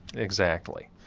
exactly.